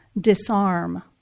disarm